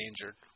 injured